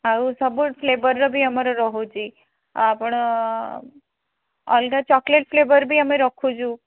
ଆଉ ସବୁ ଫ୍ଲେବର୍ ବି ଆମର ରହୁଛି ଆପଣ ଅଲଗା ଚକଲେଟ୍ ଫ୍ଲେବର୍ ବି ଆମେ ରଖୁଛୁ